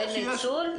אין ניצול?